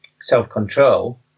self-control